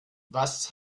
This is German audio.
was